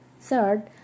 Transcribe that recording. Third